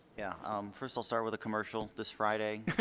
yeah um first we'll start with a commercial this friday